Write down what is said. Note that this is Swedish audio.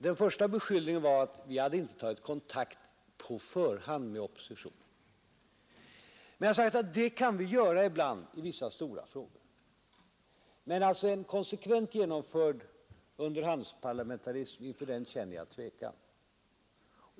Den första beskyllningen var att vi inte tagit kontakt på förhand med oppositionen. Jag har sagt att det kan vi göra ibland i vissa stora frågor. Men inför en konsekvent genomförd underhandsparlamentarism känner jag tvekan.